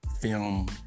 film